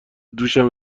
دوشم